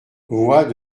voix